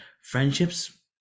friendships